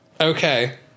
Okay